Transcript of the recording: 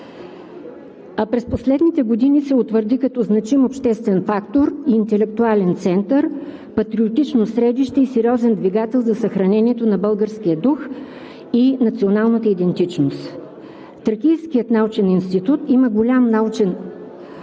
…а през последните години се утвърди като значим обществен фактор, интелектуален център, патриотично средище и сериозен двигател за съхранението на българския дух и националната идентичност. Тракийският научен институт има голям научен